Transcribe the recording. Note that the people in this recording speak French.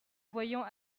voyant